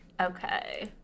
Okay